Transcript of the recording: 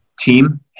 team